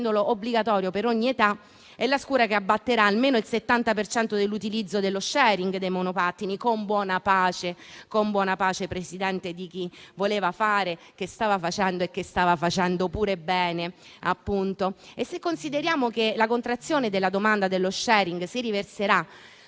obbligatorio per ogni età, la scure che abbatterà almeno il 70 per cento dell'utilizzo dello *sharing* dei monopattini, con buona pace, Presidente, di chi voleva fare, che stava facendo e che stava facendo pure bene, appunto. E se consideriamo che la contrazione della domanda dello *sharing* si riverserà